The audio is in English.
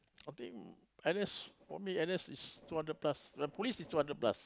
i think N_S for me N_S is two hundred plus the police is two hundred plus